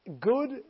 good